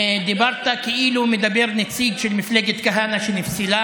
דיברת כאילו מדבר נציג של מפלגת כהנא שנפסלה.